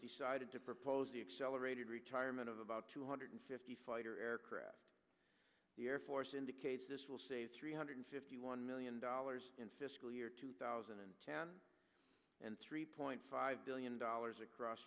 decided to propose the accelerated retirement of about two hundred fifty fighter aircraft the air force indicates this will save three hundred fifty one million dollars in fiscal year two thousand and ten and three point five billion dollars across